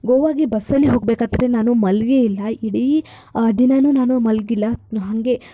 ಗೋವಾಗೆ ಬಸ್ಸಲ್ಲಿ ಹೋಗಬೇಕಾದ್ರೆ ನಾನು ಮಲಗೇ ಇಲ್ಲ ಇಡೀ ದಿನಾನೂ ನಾನು ಮಲಗಿಲ್ಲ ಹಾಗೆ